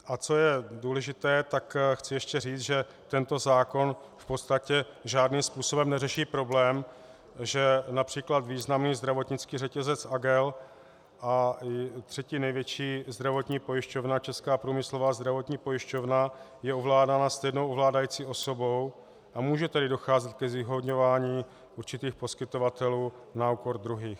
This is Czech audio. A co je důležité chci ještě říct, že tento zákon v podstatě žádným způsobem neřeší problém, že například významný zdravotnický řetězec Agel a třetí největší zdravotní pojišťovna Česká průmyslová zdravotní pojišťovna je ovládána stejnou ovládající osobou a může tady docházet ke zvýhodňování určitých poskytovatelů na úkor druhých.